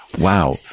wow